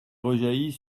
rejaillit